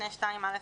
הקורונה החדש (הוראת שעה)